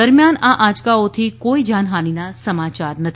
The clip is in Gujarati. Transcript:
દરમિયાન આ આંયકાઓથી કોઇ જાનહાનીના સમાચાર નથી